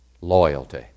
loyalty